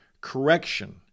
correction